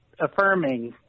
affirming